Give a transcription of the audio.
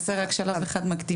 חסר רק שלב אחד מקדים,